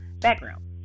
background